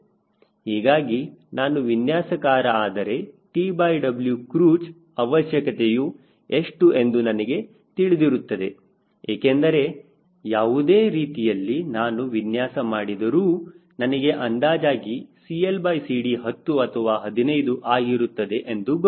ಹೀಗಾಗಿ ನಾನು ವಿನ್ಯಾಸಕಾರ ಆದರೆ TW ಕ್ರೂಜ್ ಅವಶ್ಯಕತೆಯು ಎಷ್ಟು ಎಂದು ನನಗೆ ತಿಳಿದಿರುತ್ತದೆ ಏಕೆಂದರೆ ಯಾವುದೇ ರೀತಿಯಲ್ಲಿ ನಾನು ವಿನ್ಯಾಸ ಮಾಡಿದರೂ ನನಗೆ ಅಂದಾಜಾಗಿ CLCD 10 ಅಥವಾ 15 ಆಗಿರುತ್ತದೆ ಎಂದು ಗೊತ್ತು